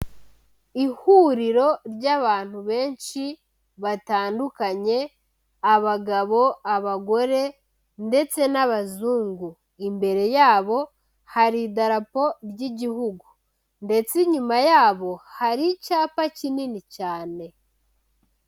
Ihuriro ry'abantu benshi batandukanye, abagabo, abagore ndetse n'abazungu. Imbere yabo hari idarapo ry'Igihugu ndetse inyuma yabo hari icyapa kinini cyane.